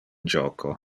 joco